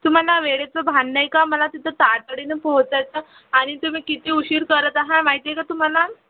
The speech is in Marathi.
तुम्हाला वेळेचं भान नाही का मला तिथं तातडीनं पोहोचायचं आणि तुम्ही किती उशीर करत आहा माहिती आहे का तुम्हाला